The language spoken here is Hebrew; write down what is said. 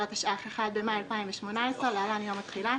התשע"ח (1 במאי 2018) (להלן יום התחילה),